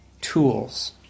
tools